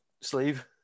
sleeve